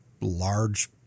large